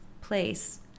place